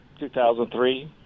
2003